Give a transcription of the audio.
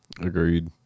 Agreed